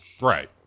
Right